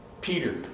Peter